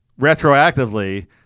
retroactively